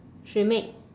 she make